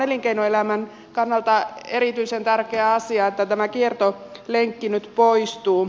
elinkeinoelämän kannalta on erityisen tärkeä asia että tämä kiertolenkki nyt poistuu